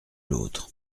l’autre